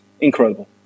incredible